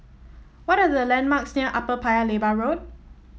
what are the landmarks near Upper Paya Lebar Road